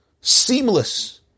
seamless